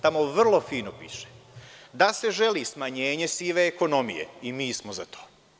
Tamo vrlo fino piše da se želi smanjenje sive ekonomije, i mi smo za to.